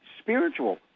spiritual